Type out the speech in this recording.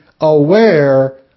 aware